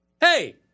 hey